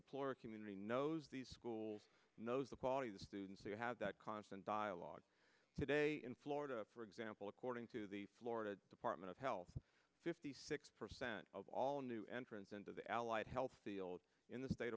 employer community knows these schools knows the quality of the students they have that constant dialogue today in florida for example according to the florida department of health fifty six percent of all new entrants into the allied health field in the state